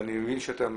ואני מבין שיש לכם